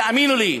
תאמינו לי.